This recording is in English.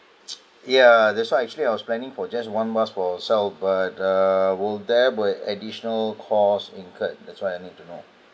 ya that's why actually I was planning for just one bus for ourselves but uh will there be additional costs incurred that's why I need to